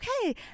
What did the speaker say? okay